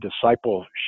discipleship